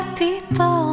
people